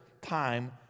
time